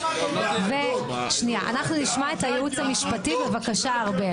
נשמע את ארבל.